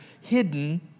hidden